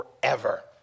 forever